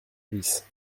bis